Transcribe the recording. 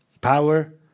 power